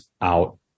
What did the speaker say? out